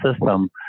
system